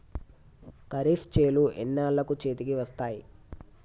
ఖరీఫ్ చేలు ఎన్నాళ్ళకు చేతికి వస్తాయి?